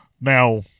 Now